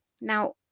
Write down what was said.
Now